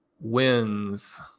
wins